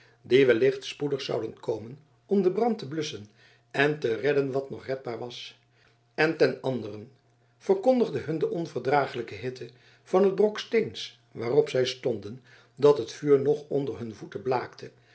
die wellicht spoedig zouden komen om den brand te blusschen en te redden wat nog redbaar was en ten anderen verkondigde hun de onverdraaglijke hette van het brok steens waarop zij stonden dat het vuur nog onder hun voeten blaakte